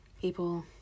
people